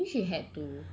but then macam